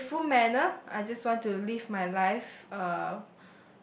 grateful manner I just want to leave my life uh